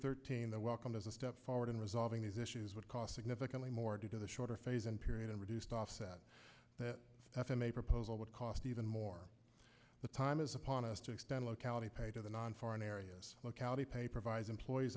thirteen the welcome is a step forward in resolving these issues would cost significantly more due to the shorter phase and period and reduced offset that f e m a proposal would cost even more the time is upon us to extend locality pay to the non foreign areas locality pay provides employees